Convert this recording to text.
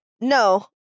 No